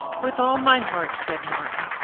with all my heart, said martin.